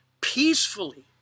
peacefully